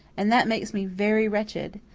and that makes me very wretched.